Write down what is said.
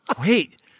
wait